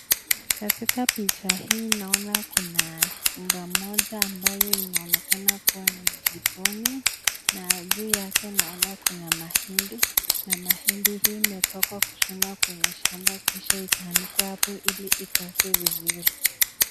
Katika picha hii naona Kuna chumba moja ambayo inaonekana kuwa jikoni. Na juu yake kuna mahindi. Mah8ndi hii imetoka kushonwa kutoka shambani ambayo imeanikwa hapo ikauke vizuri .